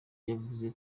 yavuze